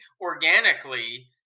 organically